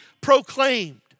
proclaimed